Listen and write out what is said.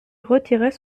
retirait